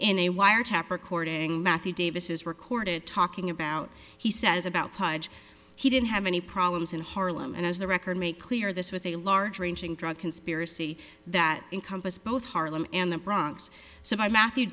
a wiretap recording matthew davis is recorded talking about he says about pudge he didn't have any problems in harlem and as the record made clear this was a large ranging drug conspiracy that encompass both harlem and the bronx so matthew